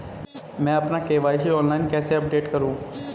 मैं अपना KYC online कैसे अपडेट करूँ?